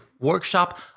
workshop